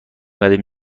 قدیم